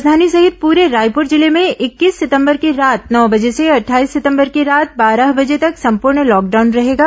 राजधानी सहित पूरे रायपुर जिले में इक्कीस सितंबर की रात नौ बजे से अट्ठाईस सितंबर की रात बारह बजे तक संपूर्ण लॉकडाउन रहेगा